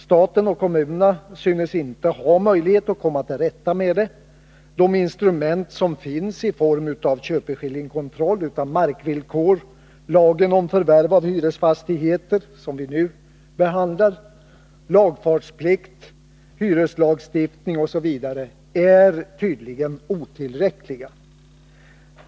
Staten och kommunerna synes inte ha möjlighet att komma till rätta med det. De instrument som finns i form av köpeskillingskontroll, markvillkor, lagen om förvärv av hyresfastigheter — som vi nu behandlar —, lagfartsplikt, hyreslagstiftning osv. är tydligen otillräckliga.